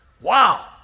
Wow